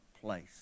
place